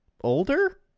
older